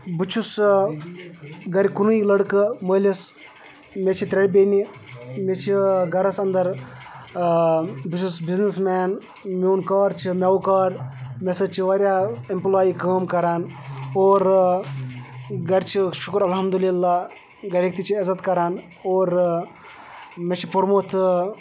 بہٕ چھُس گَرِ کُنٕے لٔڑکہٕ مٲلِس مےٚ چھِ ترٛےٚ بیٚنہِ مےٚ چھِ گَرَس اندَر بہٕ چھُس بِزنٮ۪س مین میون کار چھِ میوٕ کار مےٚ سۭتۍ چھِ واریاہ اٮ۪مٕپلاے کٲم کَران اور گَرِ چھِ شُکُر الحمدُاللہ گَرِکۍ تہِ چھِ عزت کَران اور مےٚ چھِ پوٚرمُت